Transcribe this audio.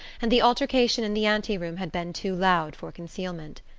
and the altercation in the anteroom had been too loud for concealment.